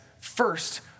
first